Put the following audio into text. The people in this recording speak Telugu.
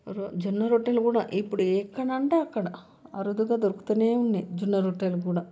జొన్న రొట్టెలు కూడా ఇప్పుడు ఎక్కడైనా అంటే అక్కడ అరుదుగా దొరుకుతూనే ఉన్నాయి జొన్న రొట్టెలు కూడా